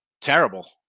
Terrible